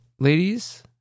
Ladies